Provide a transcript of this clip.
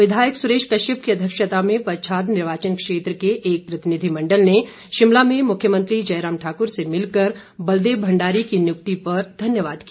विधायक सुरेश कश्यप की अध्यक्षता में पच्छाद निर्वाचन क्षेत्र के एक प्रतिनिधिमंडल ने शिमला में मुख्यमंत्री जयराम ठाकुर से मिलकर बलदेव भंडारी की नियुक्ति पर धन्यवाद किया